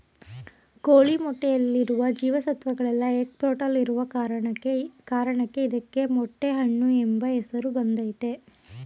ಕೋಳಿ ಮೊಟ್ಟೆಯಲ್ಲಿರುವ ಜೀವ ಸತ್ವಗಳೆಲ್ಲ ಎಗ್ ಫ್ರೂಟಲ್ಲಿರೋ ಕಾರಣಕ್ಕೆ ಇದಕ್ಕೆ ಮೊಟ್ಟೆ ಹಣ್ಣು ಎಂಬ ಹೆಸರು ಬಂದಯ್ತೆ